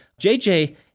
jj